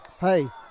Hey